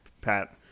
Pat